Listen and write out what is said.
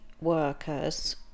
workers